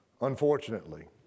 unfortunately